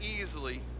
easily